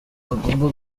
agomba